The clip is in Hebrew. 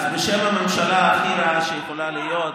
אז בשם הממשלה הכי רעה שיכולה להיות,